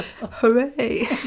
hooray